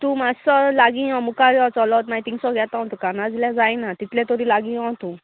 तूं मातसो लागीं यो मुखार यो चलत मागीर थिंगसो घेता हांव तुका ना जाल्यार जायना तितलें तरी लागीं यो तूं